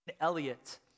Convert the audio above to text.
Elliot